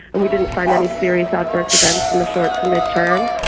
and we didn't find any serious adverse events in the short to mid-term,